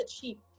cheap